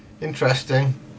Interesting